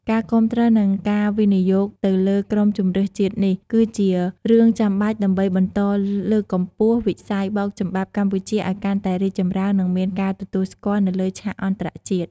ការគាំទ្រ និងការវិនិយោគទៅលើក្រុមជម្រើសជាតិនេះ គឺជារឿងចាំបាច់ដើម្បីបន្តលើកកម្ពស់វិស័យបោកចំបាប់កម្ពុជាឲ្យកាន់តែរីកចម្រើន និងមានការទទួលស្គាល់នៅលើឆាកអន្តរជាតិ។